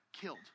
killed